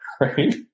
right